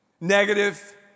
negative